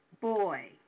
boy